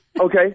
Okay